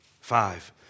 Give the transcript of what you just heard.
Five